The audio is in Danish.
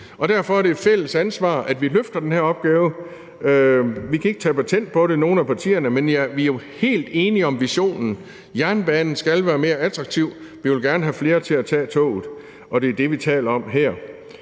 derfor er det jo et fælles ansvar, at vi løfter den her opgave. Vi kan ikke tage patent på det i nogen af partierne, men vi er jo helt enige om visionen: Jernbanen skal være mere attraktiv, og vi vil gerne have flere til at tage toget. Og det er jo det, vi taler om her.